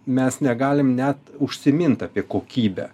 mes negalim net užsimint apie kokybę